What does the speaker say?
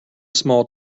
small